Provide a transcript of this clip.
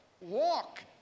Walk